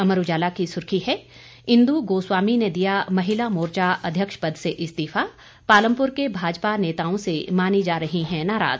अमर उजाला की सुर्खी है इंदु गोस्वामी ने दिया महिला मोर्चा अध्यक्ष पद से इस्तीफा पालमपुर के भाजपा नेताओं से मानी जा रही हैं नाराज